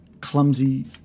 clumsy